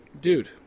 dude